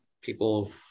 people